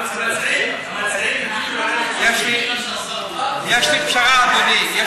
יש לי פשרה, אדוני.